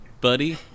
buddy